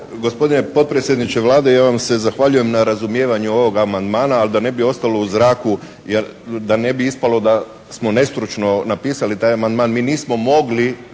gospodine potpredsjedniče Vlade ja vam se zahvaljujem na razumijevanju ovog amandmana, ali da ne bi ostalo u zraku jer, da ne bi ispalo da smo nestručno napisali taj amandman mi nismo mogli